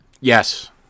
Yes